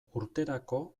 urterako